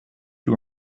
you